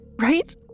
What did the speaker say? Right